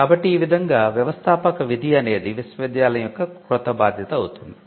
కాబట్టి ఈ విధంగా 'వ్యవస్థాపక' విధి అనేది విశ్వవిద్యాలయం యొక్క క్రొత్త బాధ్యత అవుతుంది